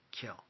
kill